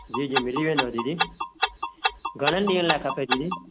जी जी मिली वेंदव दीदी घणनि ॾींहनि लाइ खपे दीदी